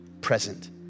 present